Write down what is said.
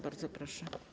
Bardzo proszę.